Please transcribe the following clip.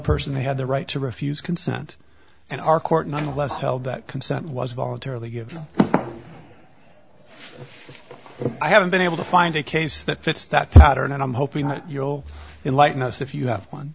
person they had the right to refuse consent and our court nonetheless held that consent was voluntarily give i haven't been able to find a case that fits that pattern and i'm hoping that you'll enlighten us if you have